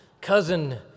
Cousin